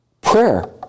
Prayer